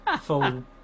full